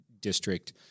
district